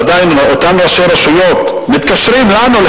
עדיין אותם ראשי רשויות מתקשרים אלינו,